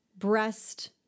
breast